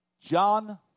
John